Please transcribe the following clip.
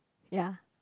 ya